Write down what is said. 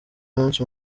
umunsi